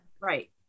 Right